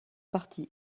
partie